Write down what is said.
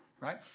Right